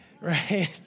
right